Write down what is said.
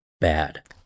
bad